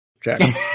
Jack